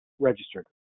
registered